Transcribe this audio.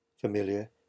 familiar